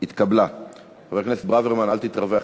תראו,